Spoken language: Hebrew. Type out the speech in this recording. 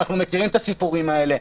אנחנו מכירים את הסיפורים האלה.